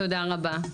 תודה רבה.